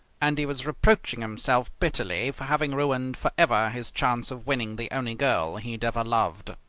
and he was reproaching himself bitterly for having ruined for ever his chance of winning the only girl he had ever loved.